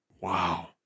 Wow